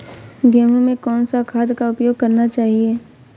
गेहूँ में कौन सा खाद का उपयोग करना चाहिए?